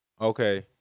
Okay